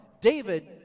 David